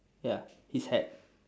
ya his hat